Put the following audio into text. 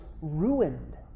ruined